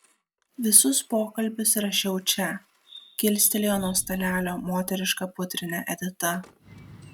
visus pokalbius įrašiau čia kilstelėjo nuo stalelio moterišką pudrinę edita